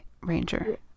ranger